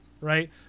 right